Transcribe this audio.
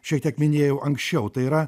šiek tiek minėjau anksčiau tai yra